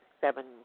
seven